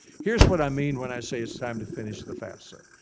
here's what i mean when i say it's time to finish the fafsa.